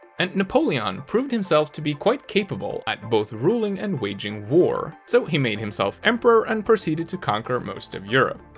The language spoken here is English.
and napoleon proved himself to be quite capable at both ruling and waging war, so he made himself emperor, and proceeded to conquer most of europe.